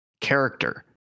character